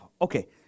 Okay